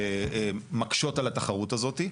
שמקשות על התחרות הזאת.